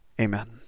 amen